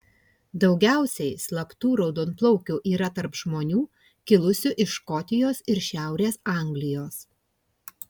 daugiausiai slaptų raudonplaukių yra tarp žmonių kilusių iš škotijos ir šiaurės anglijos